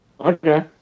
Okay